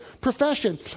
profession